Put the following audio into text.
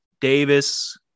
Davis